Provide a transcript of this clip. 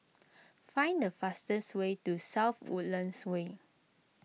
find the fastest way to South Woodlands Way